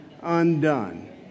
undone